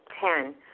Ten